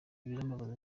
birambabaza